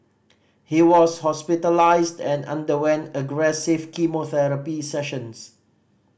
he was hospitalised and underwent aggressive chemotherapy sessions